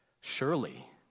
Surely